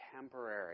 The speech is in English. temporary